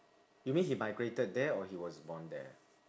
you mean he migrated there or he was born there